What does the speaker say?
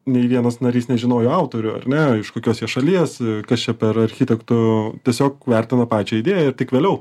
nei vienas narys nežinojo autorių ar ne iš kokios jie šalies kas čia per architektų tiesiog vertino pačią idėją ir tik vėliau